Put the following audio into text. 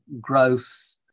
growth